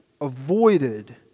avoided